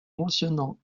mentionnant